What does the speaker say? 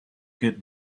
get